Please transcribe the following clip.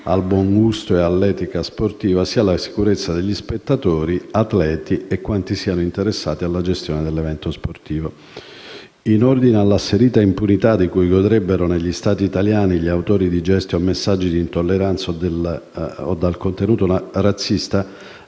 al buon gusto e all'etica sportiva, sia la sicurezza degli spettatori, atleti e quanti siano interessati alla gestione dell'evento sportivo. In ordine all'asserita impunità di cui godrebbero, negli stadi italiani, gli autori di gesti o messaggi d'intolleranza o dal contenuto razzista,